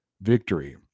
victory